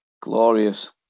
glorious